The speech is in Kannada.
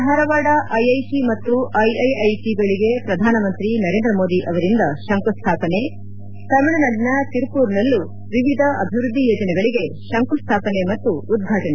ಧಾರವಾಡ ಐಐಟಿ ಮತ್ತು ಐಐಐಟಿಗಳಿಗೆ ಪ್ರಧಾನಮಂತ್ರಿ ನರೇಂದ್ರ ಮೋದಿ ಅವರಿಂದ ಶಂಕುಸ್ವಾಪನೆ ತಮಿಳುನಾಡಿನ ತಿರುಪೂರ್ನಲ್ಲೂ ವಿವಿಧ ಅಭಿವೃದ್ಧಿ ಯೋಜನೆಗಳಿಗೆ ಶಂಕುಸ್ವಾಪನೆ ಮತ್ತು ಉದ್ಘಾಟನೆ